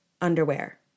underwear